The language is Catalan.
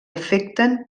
afecten